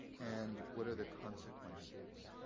and what are the consequences?